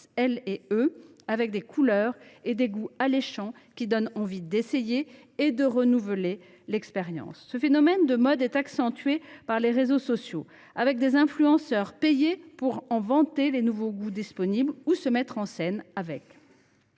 pour eux, avec des couleurs et des goûts alléchants qui donnent envie d’essayer et de renouveler l’expérience ? Ce phénomène de mode est accentué par les réseaux sociaux, puisque des influenceurs sont payés pour vanter les nouveaux goûts disponibles ou se mettre en scène avec